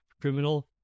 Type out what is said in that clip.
criminal